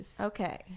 okay